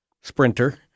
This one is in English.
Sprinter